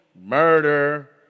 murder